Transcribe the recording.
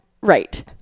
Right